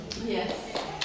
Yes